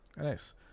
nice